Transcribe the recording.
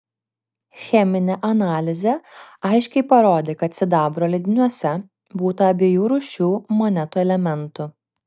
cheminė analizė aiškiai parodė kad sidabro lydiniuose būta abiejų rūšių monetų elementų